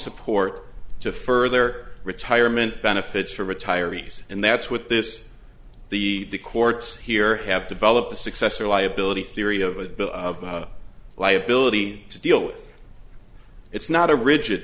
support to further retirement benefits for retirees and that's what this the courts here have developed the successor liability theory of a liability to deal with it's not a rigid